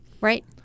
Right